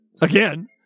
again